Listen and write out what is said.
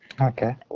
Okay